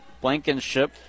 Blankenship